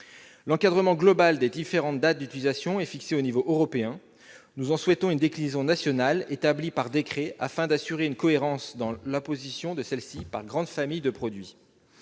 L'encadrement global des différentes dates d'utilisation est fixé au niveau européen. Nous en souhaitons une déclinaison nationale établie, par décret, afin d'assurer une cohérence dans l'apposition de celles-ci par grandes familles de produits.